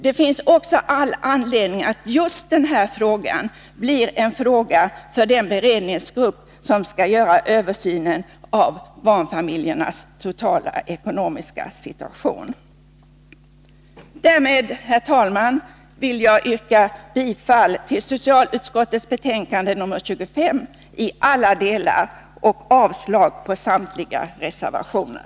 Det finns också all anledning att låta just denna fråga bli en fråga för den beredningsgrupp som skall göra översynen av barnfamiljernas totala ekonomiska situation. Därmed, herr talman, vill jag yrka bifall till socialutskottets hemställan i betänkandet nr 25 i alla delar, och avslag på samtliga reservationer.